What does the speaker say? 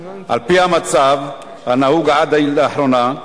על-פי המצב הנהוג עד לאחרונה,